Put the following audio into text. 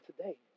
today